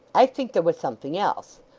i think there was something else.